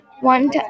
one